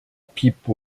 pipe